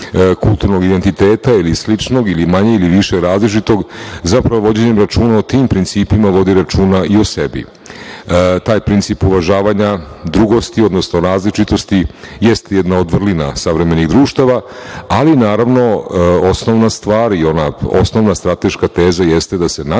kulturnog identiteta ili sličnog ili manje ili više različitog, zapravo vođenjem računa o tim principima vodi računa i o sebi. Taj princip uvažavanja drugosti, odnosno različitosti jeste jedna od vrlina savremenih društava, ali naravno, osnovna stvar i ona osnovna strateška teze jeste da se nacionalni